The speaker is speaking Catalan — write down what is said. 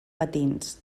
patins